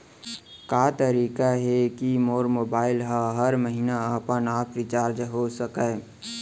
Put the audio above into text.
का तरीका हे कि मोर मोबाइल ह हर महीना अपने आप रिचार्ज हो सकय?